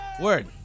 Word